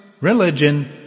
religion